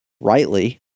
rightly